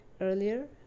earlier